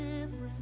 different